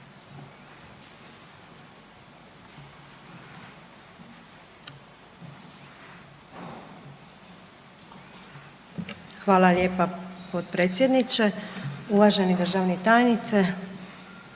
Hvala lijepa potpredsjedniče. Uvaženi državni tajniče,